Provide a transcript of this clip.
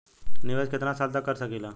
निवेश कितना साल तक कर सकीला?